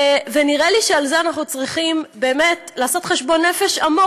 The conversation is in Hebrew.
ונראה לי שעל זה אנחנו צריכים לעשות חשבון נפש עמוק,